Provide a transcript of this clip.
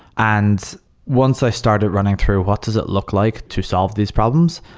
and once i started running through what does it look like to solve these problems?